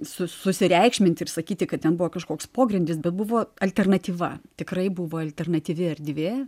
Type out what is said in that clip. susireikšminti ir sakyti kad ten buvo kažkoks pogrindis bebuvo alternatyva tikrai buvo alternatyvi erdvė